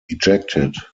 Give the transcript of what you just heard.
rejected